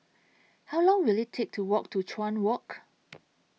How Long Will IT Take to Walk to Chuan Walk